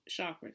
chakras